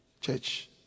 church